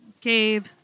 Gabe